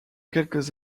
quelques